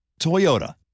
Toyota